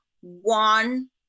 one